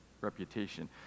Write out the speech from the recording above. reputation